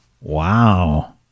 wow